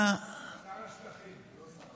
שר השטחים, לא שר האוצר.